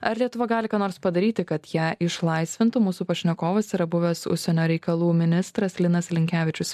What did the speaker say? ar lietuva gali ką nors padaryti kad ją išlaisvintų mūsų pašnekovas yra buvęs užsienio reikalų ministras linas linkevičius